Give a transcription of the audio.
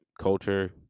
culture